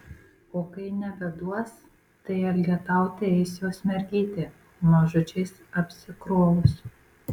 o kai nebeduos tai elgetauti eis jos mergytė mažučiais apsikrovus